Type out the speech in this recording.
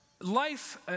Life